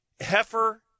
heifer